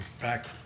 back